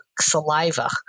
saliva